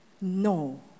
no